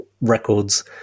records